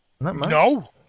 no